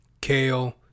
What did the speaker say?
kale